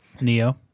Neo